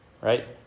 right